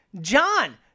John